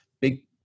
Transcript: Big